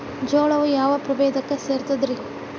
ಜೋಳವು ಯಾವ ಪ್ರಭೇದಕ್ಕ ಸೇರ್ತದ ರೇ?